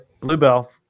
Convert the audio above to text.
Bluebell